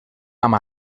amb